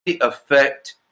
affect